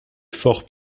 fort